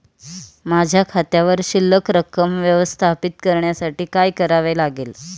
माझ्या खात्यावर शिल्लक रक्कम व्यवस्थापित करण्यासाठी काय करावे लागेल?